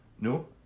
No